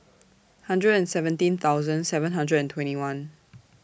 hundred and seventeen thousand seven hundred and twenty one